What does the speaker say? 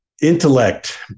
intellect